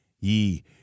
Ye